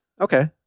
Okay